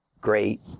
great